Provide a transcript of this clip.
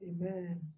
Amen